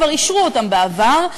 כבר אישרו אותם בעבר,